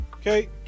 Okay